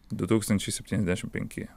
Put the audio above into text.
du tūkstančiai septyniasdešimt penki